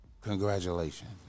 Congratulations